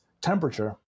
temperature